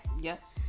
Yes